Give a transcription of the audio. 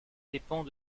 dépend